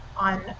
on